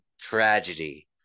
tragedy